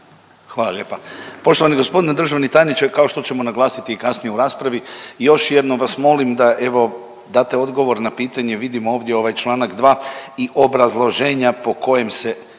Hvala lijepa. Poštovani g. državni tajniče, kao što ćemo naglasiti i kasnije u raspravi, još jednom vas molim da, evo, date odgovor na pitanje, vidimo ovdje ovaj čl. 2 i obrazloženja po kojim se